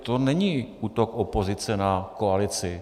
To není útok opozice na koalici.